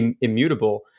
immutable